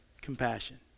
compassion